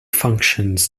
functions